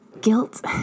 Guilt